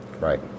Right